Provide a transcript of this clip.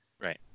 right